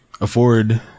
afford